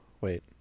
wait